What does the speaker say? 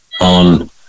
on